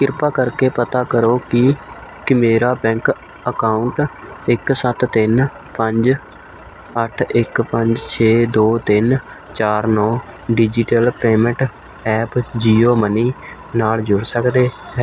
ਕ੍ਰਿਪਾ ਕਰਕੇ ਪਤਾ ਕਰੋ ਕਿ ਕੀ ਮੇਰਾ ਬੈਂਕ ਅਕਾਊਂਟ ਇੱਕ ਸੱਤ ਤਿੰਨ ਪੰਜ ਅੱਠ ਇੱਕ ਪੰਜ ਛੇ ਦੋ ਤਿੰਨ ਚਾਰ ਨੌਂ ਡਿਜੀਟਲ ਪੇਮੈਂਟ ਐਪ ਜੀਓਮਨੀ ਨਾਲ ਜੁੜ ਸਕਦੇ ਹੈ